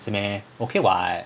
是 meh okay [what]